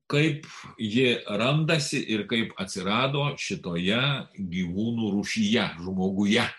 kaip ji randasi ir kaip atsirado šitoje gyvūnų rūšyje žmoguje